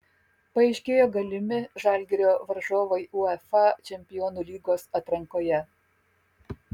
paaiškėjo galimi žalgirio varžovai uefa čempionų lygos atrankoje